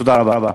תודה רבה.